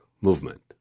movement